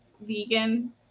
vegan